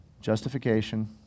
Justification